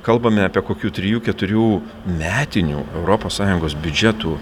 kalbame apie kokių trijų keturių metinių europos sąjungos biudžetų